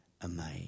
amazed